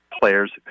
players